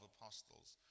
apostles